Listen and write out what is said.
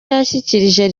yashyikirije